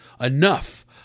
enough